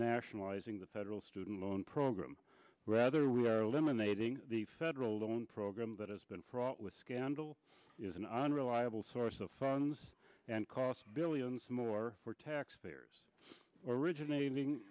nationalizing the federal student loan program rather we are limiting the federal loan program that has been fraught with scandal is an unreliable source of funds and costs billions more for taxpayers originat